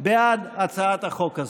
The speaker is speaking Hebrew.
בעד הצעת החוק הזו.